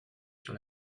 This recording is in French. sur